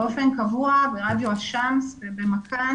באופן קבוע ברדיו א-שמס ובמקאן